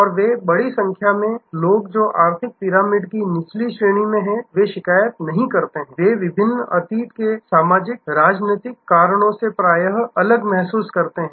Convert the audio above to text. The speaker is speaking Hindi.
और बड़ी संख्या में लोग जो आर्थिक पिरामिड की निचली श्रेणी में हैं वे शिकायत नहीं करते हैं वे विभिन्न अतीत के सामाजिक राजनीतिक कारणों से प्रायः अलग महसूस करते हैं